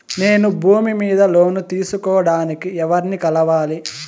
నేను భూమి మీద లోను తీసుకోడానికి ఎవర్ని కలవాలి?